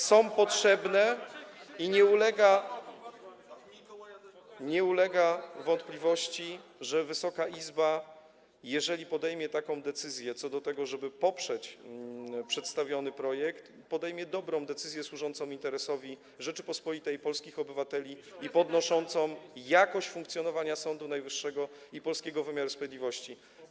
Są potrzebne i nie ulega wątpliwości, że Wysoka Izba, jeżeli podejmie decyzję, żeby poprzeć przedstawiony projekt, to podejmie dobrą decyzję, służącą interesowi Rzeczypospolitej, polskich obywateli i podnoszącą jakość funkcjonowania Sądu Najwyższego i polskiego wymiaru sprawiedliwości.